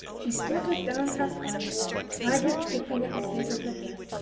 she stood with downcast eyes idly picking at the sleeve of her dress,